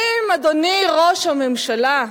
אדוני ראש הממשלה,